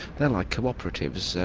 they're like co-operatives,